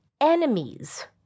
enemies